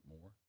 more